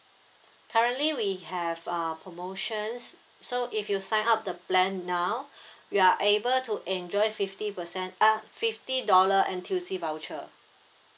currently we have uh promotions so if you sign up the plan now you are able to enjoy fifty percent uh fifty dollar N_T_U_C voucher